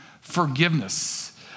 Forgiveness